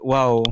Wow